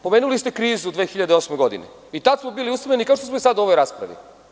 Pomenuli ste krizu u 2008. godini i tad smo bili usamljeni, kao što smo i sada u ovoj raspravi.